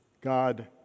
God